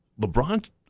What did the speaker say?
LeBron